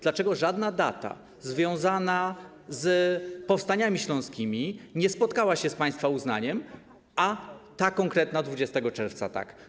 Dlaczego żadna data związana z powstaniami śląskimi nie spotkała się z państwa uznaniem, a ta konkretna 20 czerwca - tak?